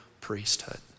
priesthood